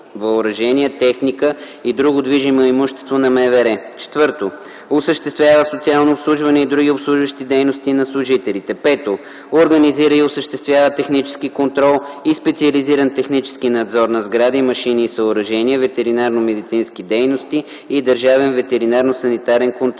въоръжение, техника и друго движимо имущество на МВР; 4. осъществява социално обслужване и други обслужващи дейности на служителите; 5. организира и осъществява технически контрол и специализиран технически надзор на сгради, машини и съоръжения, ветеринарномедицински дейности и държавен ветеринарно-санитарен контрол;